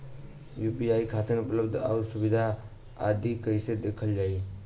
UPI खातिर उपलब्ध आउर सुविधा आदि कइसे देखल जाइ?